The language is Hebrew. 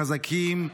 חזקים,